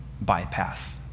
bypass